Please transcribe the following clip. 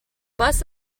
bus